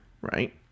right